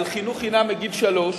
על חינוך חינם מגיל שלוש